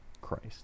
Christ